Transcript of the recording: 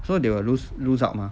so they will lose lose out mah